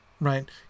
Right